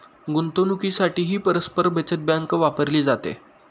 गुंतवणुकीसाठीही परस्पर बचत बँक वापरली जाते